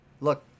Look